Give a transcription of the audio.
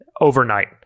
overnight